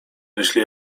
jeśli